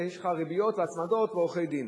ויש לך ריביות והצמדות ועורכי-דין.